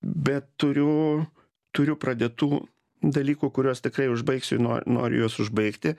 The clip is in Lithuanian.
bet turiu turiu pradėtų dalykų kuriuos tikrai užbaigsiu no noriu juos užbaigti